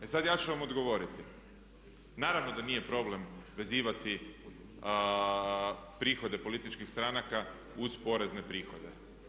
E sad, ja ću vam odgovoriti, naravno da nije problem vezivati prihode političkih stranaka uz porezne prihode.